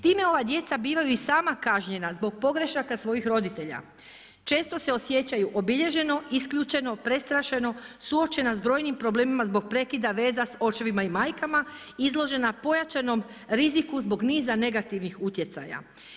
Time ova djeca bivaju i sama kažnjena zbog pogrešaka svojih roditelja, često se osjećaju obilježeno, isključeno, prestrašeno, suočena s brojim problemima zbog prekida veza s očevima i majkama, izložena pojačanom riziku zbog niza negativnih utjecaj.